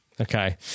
Okay